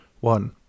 One